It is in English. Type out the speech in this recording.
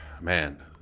man